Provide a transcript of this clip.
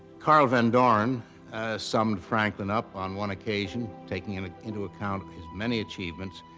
carl van doren summed franklin up on one occasion, taking into into account of his many achievements,